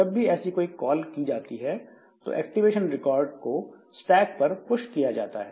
जब भी ऐसी कोई कॉल की जाती है तो एक्टिवेशन रिकॉर्ड को स्टैक पर पुश किया जाता है